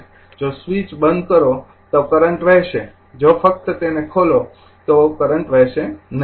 જો સ્વિચ બંધ કરો તો કરંટ વહેશે જો ફક્ત તેને ખોલો અને કરંટ વહેશે નહીં